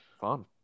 Fun